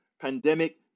pandemic